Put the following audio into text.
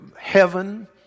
heaven